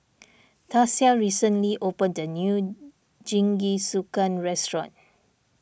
Tasia recently opened a new Jingisukan restaurant